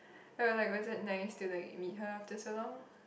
or like was it nice to like meet her after so long